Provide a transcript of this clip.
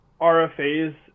RFAs